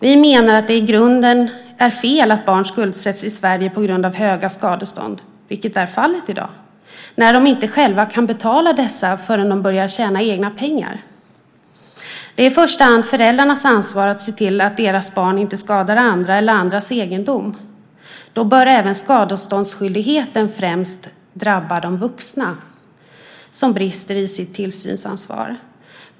Vi menar att det i grunden är fel att barn skuldsätts i Sverige på grund av höga skadestånd, vilket är fallet i dag, när de inte själva kan betala dessa förrän de börjar tjäna egna pengar. Det är i första hand föräldrarnas ansvar att se till att deras barn inte skadar andra eller andras egendom. Då bör även skadeståndsskyldigheten främst drabba de vuxna, som brister i sitt tillsynsansvar.